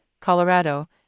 Colorado